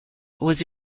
was